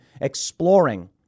exploring